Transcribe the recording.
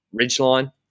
ridgeline